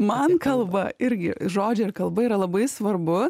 man kalba irgi žodžiai ir kalba yra labai svarbu